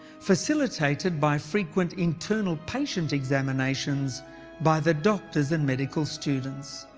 facilitated by frequent internal patient examinations by the doctors and medical students.